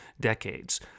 decades